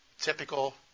typical